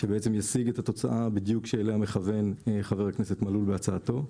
שישיג בדיוק את התוצאה אליה מכוון חבר הכנסת מלול בהצעתו.